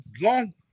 long